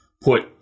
put